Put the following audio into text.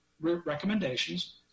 recommendations